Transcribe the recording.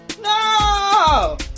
no